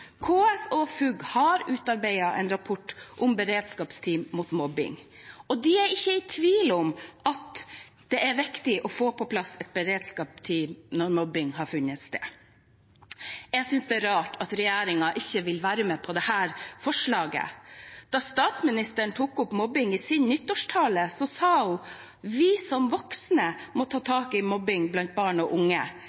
KS og FUG har utarbeidet en rapport om beredskapsteam mot mobbing, og de er ikke i tvil om at det er viktig å få på plass et beredskapsteam når mobbing har funnet sted. Jeg synes det er rart at regjeringen ikke vil være med på dette forslaget. Da statsministeren tok opp mobbing i sin nyttårstale i 2014, sa hun: «Vi som er voksne må ta